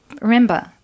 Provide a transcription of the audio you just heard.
Remember